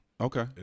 Okay